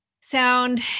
sound